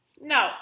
No